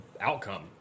outcome